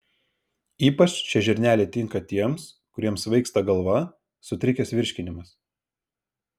ypač šie žirneliai tinka tiems kuriems svaigsta galva sutrikęs virškinimas